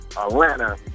Atlanta